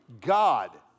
God